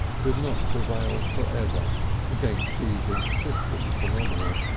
could not prevail for ever against these insistent phenomena.